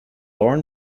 lauren